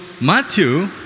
Matthew